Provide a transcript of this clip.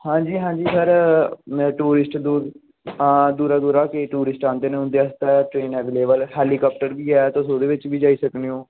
हां जी हां जी सर में टूटिस्ट आं दूरां दूरां केईं टूरिस्ट औंदे न उन्दे आस्तै ट्रेन अवेलेबल ऐ हैलीकप्टर बी ऐ तुस औदे बेच बी जाई सकने ओं